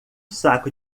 saco